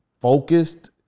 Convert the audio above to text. focused